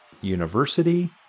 University